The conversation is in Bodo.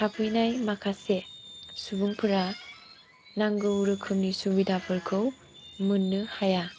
थाफैनाय माखासे सुबुंफोरा नांगौ रोखोमनि सुबिदाफोरखौ मोननो हाया